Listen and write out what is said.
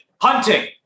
hunting